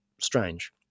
strange